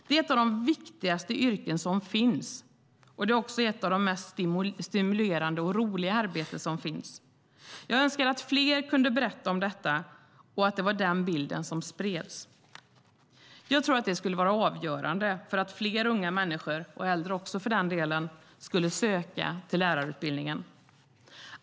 Det är ett av de viktigaste yrken som finns, och det är också ett av de mest stimulerande och roliga arbeten som finns. Jag önskar att fler kunde berätta om detta och att det var den bild som spreds. Jag tror att det skulle vara avgörande för att fler unga människor, och äldre också för den delen, skulle söka till lärarutbildningen.